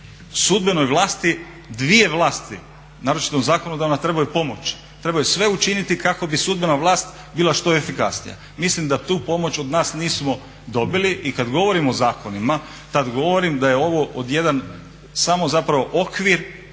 sudbenoj vlasti, dvije vlasti naročito zakonodavna trebaju pomoći, trebaju sve učiniti kako bi sudbena vlast bila što efikasnije. Mislim da tu pomoć od nas nismo dobili. I kada govorim o zakonima tada govorim da je ovo od jedan samo zapravo okvir,